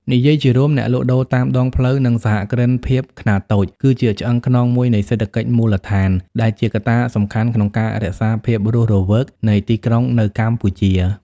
និយាយជារួម អ្នកលក់ដូរតាមដងផ្លូវ និងសហគ្រិនភាពខ្នាតតូច គឺជាឆ្អឹងខ្នងមួយនៃសេដ្ឋកិច្ចមូលដ្ឋាន និងជាកត្តាសំខាន់ក្នុងការរក្សាភាពរស់រវើកនៃទីក្រុងនៅកម្ពុជា ។